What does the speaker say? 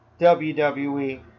WWE